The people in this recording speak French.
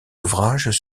ouvrages